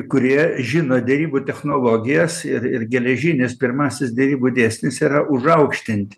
kurie žino derybų technologijas ir ir geležinis pirmasis derybų dėsnis yra užaukštint